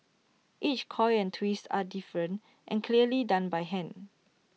each coil and twist are different and clearly done by hand